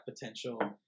potential